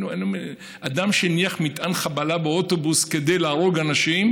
אדם שהניח מטען חבלה באוטובוס כדי להרוג אנשים,